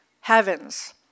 Heavens